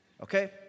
Okay